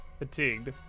Fatigued